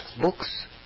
books